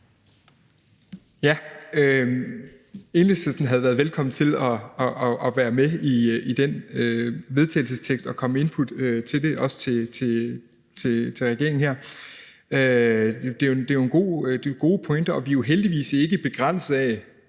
Enhedslisten havde været velkommen til at være med i det forslag til vedtagelse og komme med input til det, også til regeringen her. Det er gode pointer, og vi er jo heldigvis ikke begrænset af